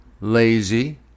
lazy